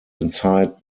inside